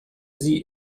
sie